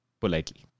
politely